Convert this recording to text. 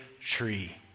tree